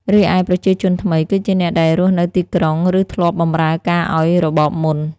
រីឯប្រជាជនថ្មី គឺជាអ្នកដែលរស់នៅទីក្រុង ឬធ្លាប់បម្រើការឱ្យរបបមុន។